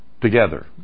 together